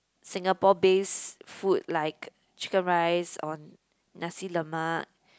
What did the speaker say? Singapore based food like chicken rice or nasi-lemak